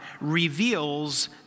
reveals